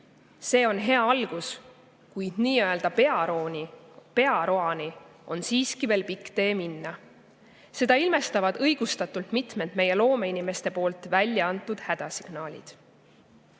See on hea algus, kuid nii-öelda pearoani on siiski veel pikk tee minna. Seda ilmestavad õigustatult mitmed meie loomeinimeste välja antud hädasignaalid.